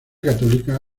católica